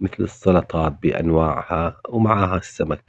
مثل السلطات بأنواعها ومعاها السمك.